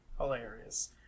hilarious